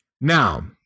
Now